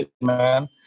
man